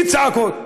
בלי צעקות,